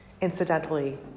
Incidentally